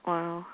Wow